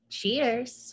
Cheers